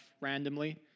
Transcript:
randomly